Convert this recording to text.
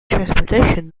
transportation